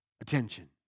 Attention